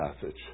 passage